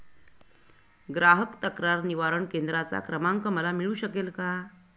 ग्राहक तक्रार निवारण केंद्राचा क्रमांक मला मिळू शकेल का?